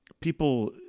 People